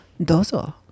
dozo